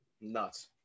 nuts